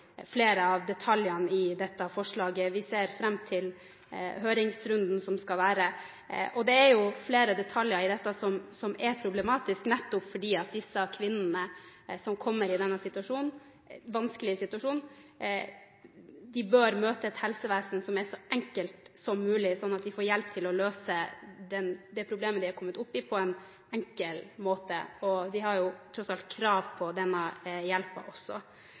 flere av detaljene i dette forslaget. Vi ser fram til høringsrunden som skal være. Det er jo flere detaljer i dette som er problematisk, nettopp fordi de kvinnene som kommer i denne vanskelige situasjonen, bør møte et helsevesen som er så enkelt som mulig, slik at de får hjelp til å løse det problemet de har kommet opp i, på en enkel måte. De har jo tross alt krav på denne hjelpen også.